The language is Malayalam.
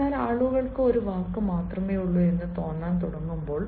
എന്നാൽ ആളുകൾക്ക് ഒരു വാക്ക് മാത്രമേയുള്ളൂ എന്ന് തോന്നാൻ തുടങ്ങുമ്പോൾ